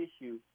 issue